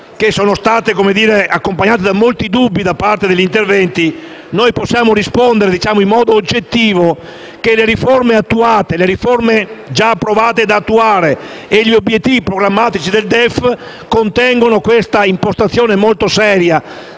che sono state accompagnate da molti dubbi nel corso degli interventi, noi possiamo rispondere, in modo oggettivo, che le riforme poste in essere, quelle già approvate e da attuare e gli obiettivi programmatici del DEF contengono questa impostazione molto seria,